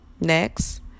Next